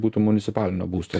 būtų municipalinio būsto